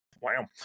Wow